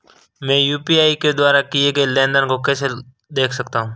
मैं यू.पी.आई के द्वारा किए गए लेनदेन को कैसे देख सकता हूं?